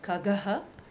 खगः